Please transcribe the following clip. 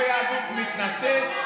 לא יהדות מתנשאת,